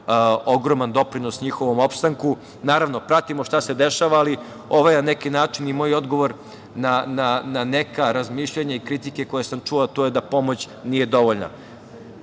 ogroman doprinos njihovom opstanku. Naravno, pratimo šta se dešava, ali, ovo je na neki način i moj odgovor na neka razmišljanja i kritike koje sam čuo, a to je da pomoć nije dovoljna.